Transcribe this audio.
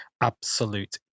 absolute